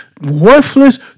worthless